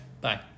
Bye